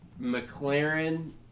McLaren